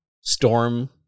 storm